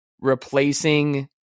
replacing